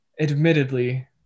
admittedly